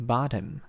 Bottom